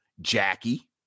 Jackie